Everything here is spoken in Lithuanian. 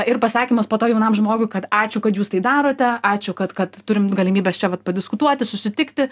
ir pasakymas po to jaunam žmogui kad ačiū kad jūs tai darote ačiū kad kad turim galimybes čia vat padiskutuoti susitikti